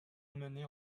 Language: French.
emmenés